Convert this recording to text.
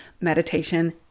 meditation